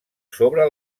sobre